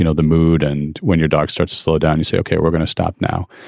you know the mood. and when your dog starts to slow down, you say, ok, we're gonna stop now.